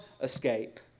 escape